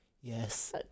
yes